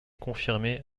confirmé